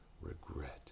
regret